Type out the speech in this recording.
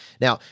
Now